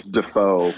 Defoe